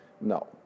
No